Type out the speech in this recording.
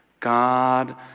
God